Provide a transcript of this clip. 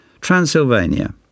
Transylvania